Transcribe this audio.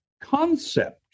concept